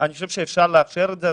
אני חושב שאפשר להפר את זה.